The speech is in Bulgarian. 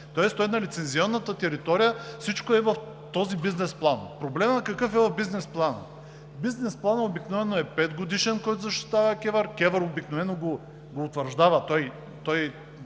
нещо, тоест на лицензионната територия всичко е в този бизнес план. Проблемът какъв е в бизнес плана? Бизнес планът обикновено е петгодишен, който защитава КЕВР. КЕВР обикновено го утвърждава,